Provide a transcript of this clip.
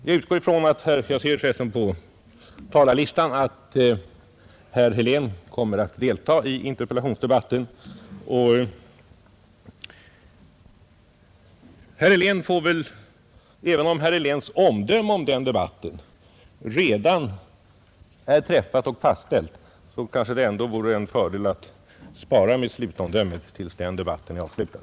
Jag ser av talarlistan att herr Helén kommer att delta i den interpellationsdebatt som strax skall föras, och även om herr Heléns omdöme om den redan är träffat och fastställt, vore det kanske ändå en fördel att spara slutomdömet tills denna debatt är avslutad.